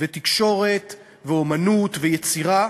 ותקשורת ואמנות ויצירה